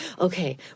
okay